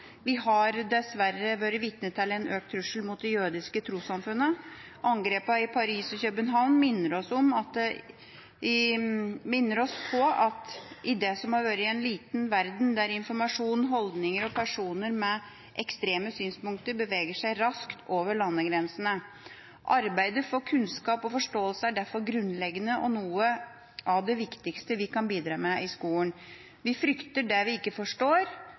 Vi har dessverre vært vitne til en økt trussel mot det jødiske trossamfunnet. Angrepene i Paris og København minner oss på at det har blitt en liten verden der informasjon, holdninger og personer med ekstreme synspunkter beveger seg raskt over landegrensene. Arbeidet for kunnskap og forståelse er derfor grunnleggende og noe av det viktigste vi kan bidra med i skolen. Vi frykter det vi ikke forstår.